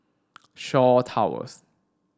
Shaw Towers